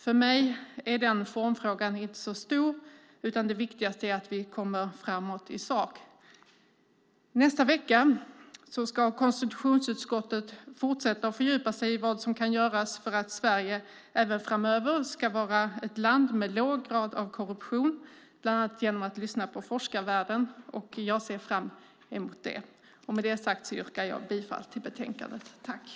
För mig är den formfrågan inte så stor, utan det viktigaste är att vi kommer framåt i sak. Nästa vecka ska konstitutionsutskottet fortsätta fördjupa sig i vad som kan göras för att Sverige även framöver ska vara ett land med låg grad av korruption, bland annat genom att lyssna på forskarvärlden. Jag ser fram emot det. Med detta sagt yrkar jag bifall till utskottets förslag.